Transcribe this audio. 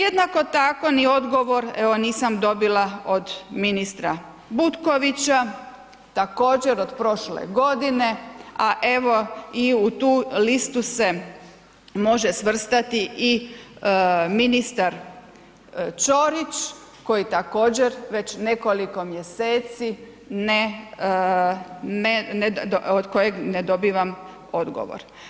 Jednako tako, ni odgovor evo nisam dobila od ministra Butkovića, također od prošle godine, a evo i u tu listu se može svrstati i ministar Ćorić koji također već nekoliko mjeseci ne, ne, od kojeg ne dobivam odgovor.